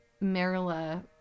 Marilla